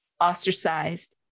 ostracized